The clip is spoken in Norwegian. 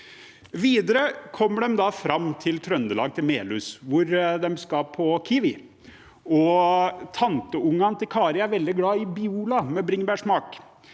Videre kommer de fram til Trøndelag, til Melhus, hvor de skal på Kiwi. Tanteungene til Kari er veldig glad i Biola med bringebærsmak,